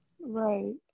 right